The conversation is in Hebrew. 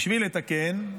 בשביל לתקן,